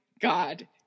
God